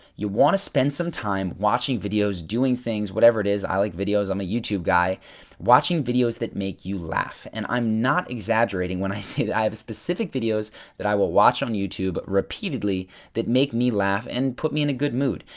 you want to spend some time watching videos, doing things, whatever it is i like videos, i'm a youtube guy watchin videos that make you laugh. and i'm not exaggerating when i say that i have specific videos that i will watch on youtube repeatedly that make me laugh and put me in a good mood.